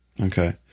Okay